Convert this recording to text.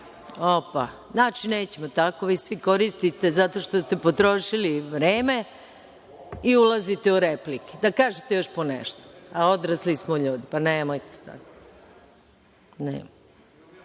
Opa. Znači, nećemo tako. Vi svi koristite zato što ste potrošili vreme i ulazite u replike. Da kažete još ponešto? A odrasli smo ljudi, pa nemojte